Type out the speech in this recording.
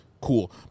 cool